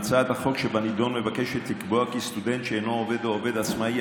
הצעת החוק שבנדון מבקשת לקבוע כי סטודנט שאינו עובד או עובד עצמאי